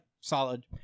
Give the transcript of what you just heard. solid